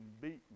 beaten